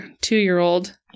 two-year-old